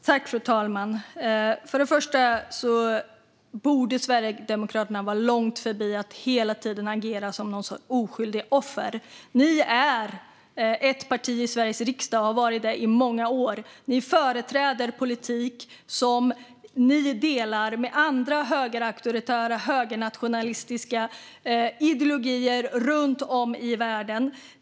Fru talman! Först och främst borde Sverigedemokraterna vara långt förbi att hela tiden agera som någon sorts oskyldigt offer. Ni är ett parti i Sveriges riksdag och har varit det i många år. Ni företräder en politik som ni delar med andra högerauktoritära och högernationalistiska ideologier runt om i världen.